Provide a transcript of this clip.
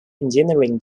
engineering